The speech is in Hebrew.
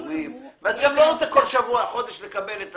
לא רוצה כל שבוע, כל חודש לקבל.